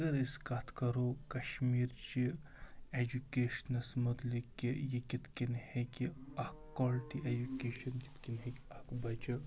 اگر أسۍ کَتھ کَرو کشمیٖرچہِ اٮ۪جوکیشنَس مُتعلِق کہِ یہِ کِتھ کٔنۍ ہیٚکہِ اَکھ کالٹی اٮ۪جُکیشَن کِتھ کٔنۍ ہیٚکہِ اَکھ بَچہٕ